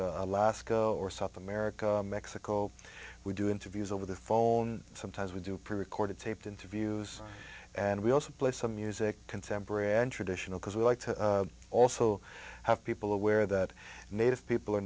alaska or south america mexico we do interviews over the phone sometimes we do prerecorded taped interviews and we also play some music contemporary interdiction because we like to also have people aware that native people are